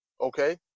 okay